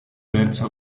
verso